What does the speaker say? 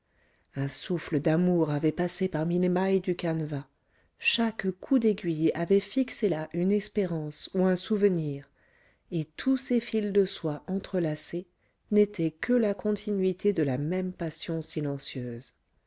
un souffle d'amour avait passé parmi les mailles du canevas chaque coup d'aiguille avait fixé là une espérance ou un souvenir et tous ces fils de soie entrelacés n'étaient que la continuité de la même passion silencieuse